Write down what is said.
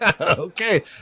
Okay